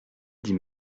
dit